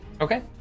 Okay